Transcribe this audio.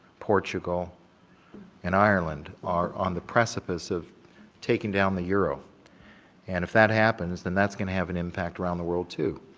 portugal and ireland are on the precipice precipice of taking down the euro and if that happens then that's going to have an impact around the world too.